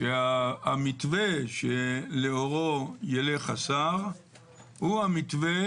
שהמתווה שלאורו ילך השר הוא המתווה